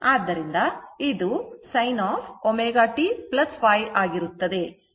ಆದ್ದರಿಂದ ಇದು sin ω t ϕ ಆಗಿರುತ್ತದೆ